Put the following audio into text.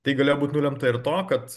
tai galėjo būt nulemta ir to kad